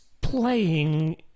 playing